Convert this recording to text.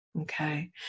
Okay